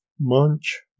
munch